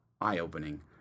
eye-opening